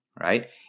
right